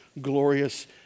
glorious